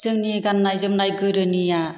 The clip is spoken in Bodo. जोंनि गान्नाय जोंमनाय गोदोनिया